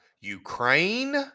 Ukraine